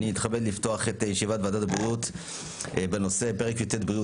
אני מתכבד לפתוח את ישיבת ועדת הבריאות בנושא פרק י"ט (בריאות),